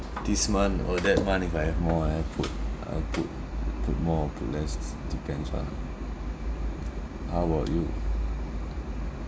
this month or that month if I have more I put I put put more or put less is depends [one] ah how about you